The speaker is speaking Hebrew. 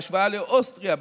בהשוואה לאוסטריה,